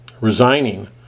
resigning